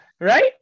right